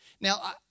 Now